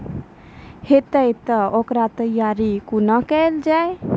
हेतै तअ ओकर तैयारी कुना केल जाय?